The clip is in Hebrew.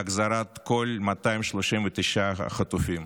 להחזרת כל 239 החטופים,